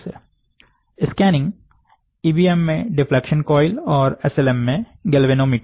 scanning EBM में deflection coil और SLM में गैल्वेनोमीटर है